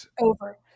over